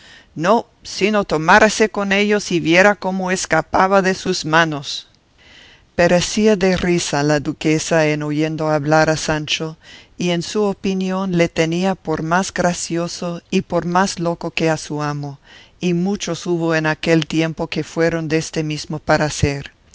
no sino tomárase con ellos y viera cómo escapaba de sus manos perecía de risa la duquesa en oyendo hablar a sancho y en su opinión le tenía por más gracioso y por más loco que a su amo y muchos hubo en aquel tiempo que fueron deste mismo